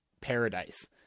paradise